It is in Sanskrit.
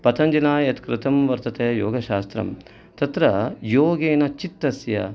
पतञ्जलिना यत् कृतं वर्तते योगशास्त्रं तत्र योगेन चित्तस्य